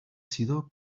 sido